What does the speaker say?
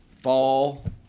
fall